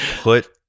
put